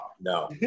no